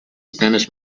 spanish